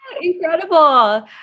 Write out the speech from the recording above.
Incredible